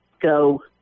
go